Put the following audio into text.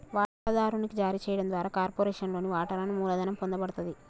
వాటాదారునికి జారీ చేయడం ద్వారా కార్పొరేషన్లోని వాటాలను మూలధనం పొందబడతది